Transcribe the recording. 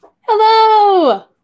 Hello